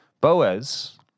Boaz